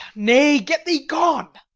nay, get thee gone.